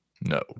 No